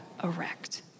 Erect